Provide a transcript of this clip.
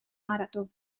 marató